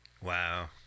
Wow